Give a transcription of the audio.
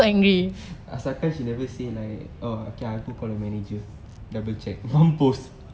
asalkan she never say like oh aku call manager double check